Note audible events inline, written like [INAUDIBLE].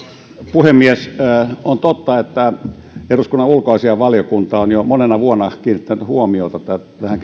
puhemies on totta että eduskunnan ulkoasiainvaliokunta on jo monena vuonna kiinnittänyt huomiota tähän [UNINTELLIGIBLE]